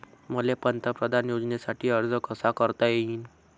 मले पंतप्रधान योजनेसाठी अर्ज कसा कसा करता येईन?